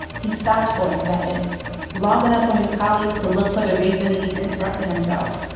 he stopped for a second long enough for his colleagues to look for the reason he'd interrupted himself.